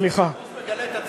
סליחה.